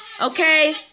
Okay